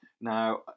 Now